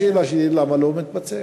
השאלה שלי: למה לא מתבצע?